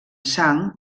sang